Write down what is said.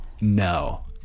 no